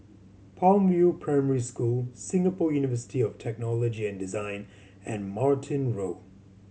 Palm View Primary School Singapore University of Technology and Design and Martin Road